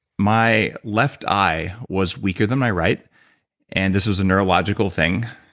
my left eye was weaker than my right and this was a neurological thing,